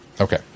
Okay